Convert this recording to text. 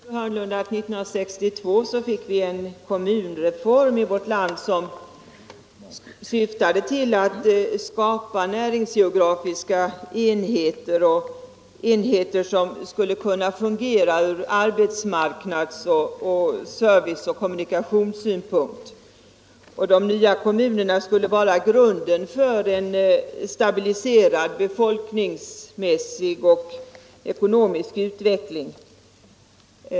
Fru talman! Det var faktiskt så, fru Hörnlund, att vi 1962 fick en kommunreform i vårt land som syftade till att skapa näringsgeografiska enheter som skulle kunna fungera ur arbetsmarknads-, service och kommunikationssynpunkt. De nya kommunerna skulle utgöra grunden till en stabiliserad befolkningsmässig och ekonomisk utveckling.